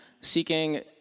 seeking